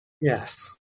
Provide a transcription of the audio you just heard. Yes